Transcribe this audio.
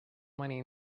money